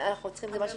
זה משהו